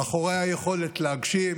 מאחורי היכולת להגשים,